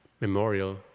Memorial